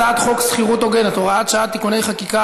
הצעת חוק שכירות הוגנת (הוראת שעה ותיקוני חקיקה),